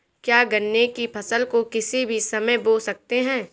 क्या गन्ने की फसल को किसी भी समय बो सकते हैं?